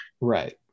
Right